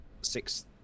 six